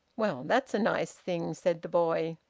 well, that's a nice thing! said the boy.